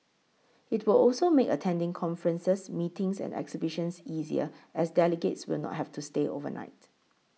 it will also make attending conferences meetings and exhibitions easier as delegates will not have to stay overnight